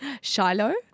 Shiloh